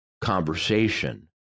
conversation